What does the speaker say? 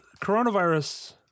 coronavirus